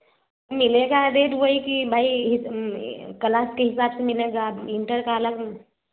मिलेगा रेट वही की भई कलास के हिसाब से मिलेगा इन्टर का अलग मिलेगा